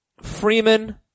Freeman